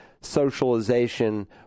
socialization